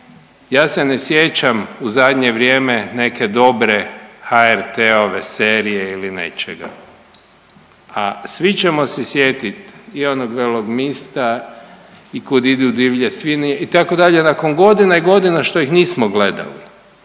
Ja se ne sjećam u zadnje vrijeme neke dobre HRT-ove serije ili nečega, a svi ćemo se sjetiti i onog Velog mista i Kud idu divlje svinje itd. nakon godina i godina što ih nismo gledali.